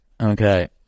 Okay